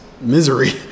misery